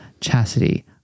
Chastity